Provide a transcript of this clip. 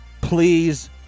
please